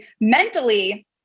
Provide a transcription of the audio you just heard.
mentally